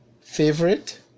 favorite